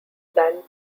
than